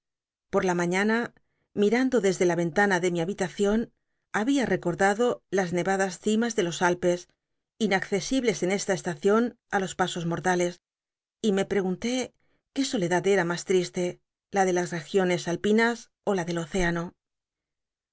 ot la mañana mitando desde la yen lana le mi habitacion babia recotdado las nemdas cimas de los alpes inaccesibles esta estacion á los paos mottales y me pregunté qué soledad ea mas triste la de las regiones alpinas ó la del océmo